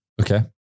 Okay